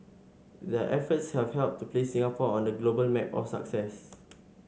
their efforts have helped to place Singapore on the global map of success